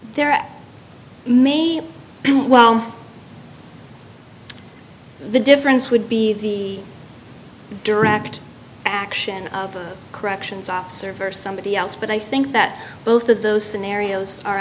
there at me well the difference would be the direct action of a corrections officer versus somebody else but i think that both of those scenarios are